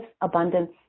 abundance